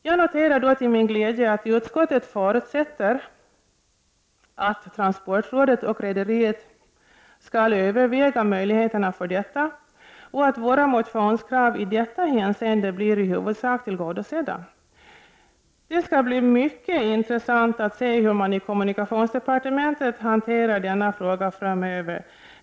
Jag noterar då till min glädje att utskottet förutsätter att transportrådet och rederiet skall överväga möjligheterna för detta och att våra motionskrav i detta hänseende blir i huvudsak tillgodosedda. Det skall bli mycket intressant att se hur man i kommunikationsdepartementet hanterar denna fråga framöver.